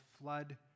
flood